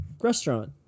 restaurant